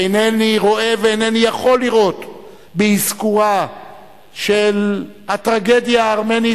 אינני רואה ואינני יכול לראות באזכורה של הטרגדיה הארמנית,